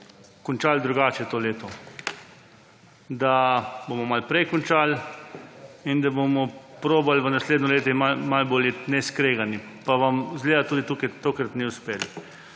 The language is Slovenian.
končali drugače to leto, da bomo malo prej končali in da bomo probali v naslednjem letu malo bolj iti neskregani, pa vam izgleda tudi tokrat ne uspe.